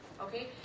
okay